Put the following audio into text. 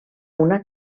una